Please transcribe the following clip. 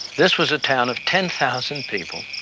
this was a town of ten thousand people.